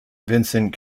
vincent